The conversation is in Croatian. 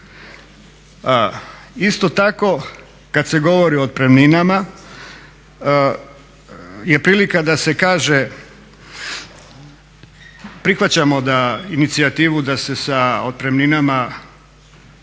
Isto tako kad se govorio o otpremninama, je prilika da se kaže, prihvaćamo inicijativu da se sa otpremninama